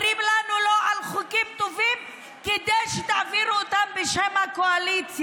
אומרים לנו לא על חוקים טובים כדי שתעבירו אותם בשם הקואליציה.